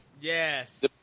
yes